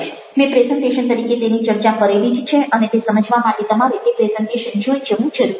મેં પ્રેઝન્ટેશન તરીકે તેની ચર્ચા કરેલી જ છે અને તે સમજવા માટે તમારે તે પ્રેઝન્ટેશન જોઇ જવું જરૂરી છે